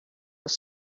your